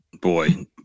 Boy